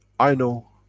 i know,